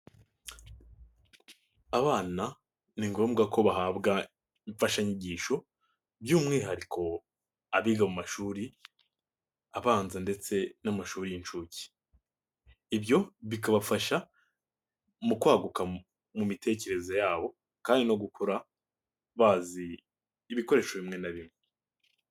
Abana ni ngombwa ko bahabwa imfashanyigisho by'umwihariko abiga mu mashuri abanza ndetse n'amashuri y'inshuke, ibyo bikabafasha mu kwaguka mu mitekerereze yabo kandi no gukura bazi ibikoresho bimwe na bimwe.